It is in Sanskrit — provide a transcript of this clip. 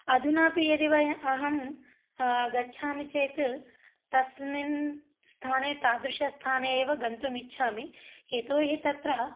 अधुनापि यदि वयं अहं गच्छामि चेत् तस्मिन् स्थाने तादृशस्थाने एव गन्तुं इच्छामि यतोहि तत्र